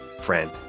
friend